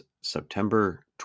september